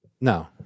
No